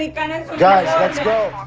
guys let's go.